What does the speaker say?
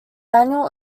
annual